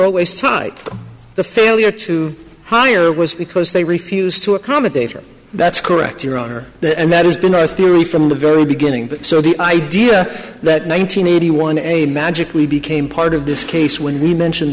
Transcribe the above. always tied the failure to hire was because they refused to accommodate her that's correct your honor and that has been our theory from the very beginning but so the idea that nine hundred eighty one a magically became part of this case when we mention